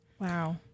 Wow